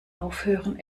aufhören